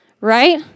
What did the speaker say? right